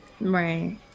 Right